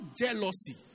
jealousy